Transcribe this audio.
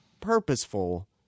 purposeful